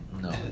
no